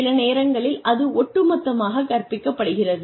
சில நேரங்களில் அது ஒட்டுமொத்தமாக கற்பிக்கப்படுகிறது